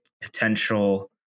potential